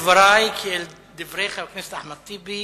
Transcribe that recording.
שיתייחס אל דברי כאל דברי חבר הכנסת אחמד טיבי,